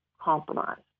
compromised